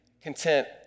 content